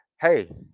Hey